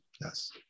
yes